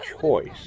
choice